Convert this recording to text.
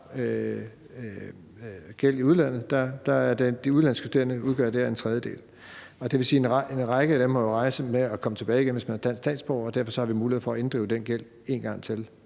gæld i udlandet, udgør de udenlandske studerende en tredjedel. Det vil sige, at en række af dem må man jo regne med kommer tilbage igen, hvis de er danske statsborgere, og derfor har vi mulighed for at inddrive den gæld en gang til.